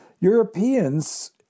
Europeans